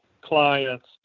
clients